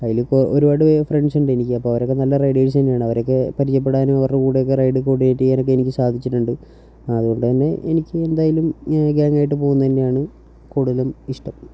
അതിൽ ഇപ്പോൾ ഒരുപാട് ഫ്രണ്ട്സ് ഉണ്ട് എനിക്ക് അപ്പോൾ അവരൊക്കെ നല്ല റൈഡേഴ്സ് തന്നെയാണ് അവരെയൊക്കെ പരിചയപ്പെടാനും അവരുടെ കൂടെയൊക്കെ റൈഡ് കോഡിനേറ്റ് ചെയ്യാനൊക്കെ എനിക്ക് സാധിച്ചിട്ടുണ്ട് അതുകൊണ്ടുതന്നെ എനിക്ക് എന്തായാലും ഗാങ്ങായിട്ട് പോകുന്നത് തന്നെയാണ് കൂടുതലും ഇഷ്ടം